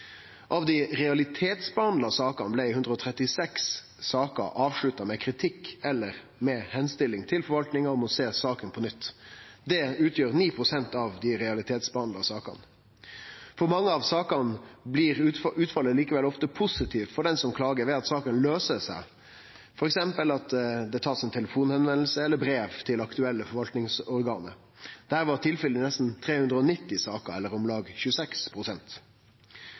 Av dei realitetsbehandla sakene blei 136 saker avslutta med kritikk eller med ei oppmoding til forvaltninga om å sjå på saka på nytt. Det utgjer 9 pst. av dei realitetsbehandla sakene. For mange av sakene blir utfallet likevel ofte positivt for den som klagar, ved at saka løyser seg gjennom f.eks. ein telefonsamtale eller eit brev til det aktuelle forvaltningsorganet. Dette var tilfellet i nesten 390 saker, eller om lag